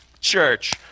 Church